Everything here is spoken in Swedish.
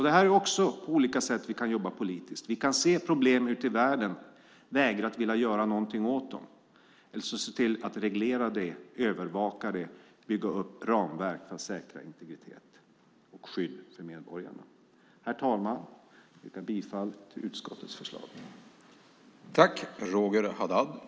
Detta är också olika sätt att jobba politiskt: Vi kan se problem ute i världen och vägra att göra någonting åt dem - eller så ser vi till att reglera det, övervaka det och bygga upp ramverk för att säkra ett skydd för medborgarnas integritet. Herr talman! Jag yrkar bifall till utskottets förslag.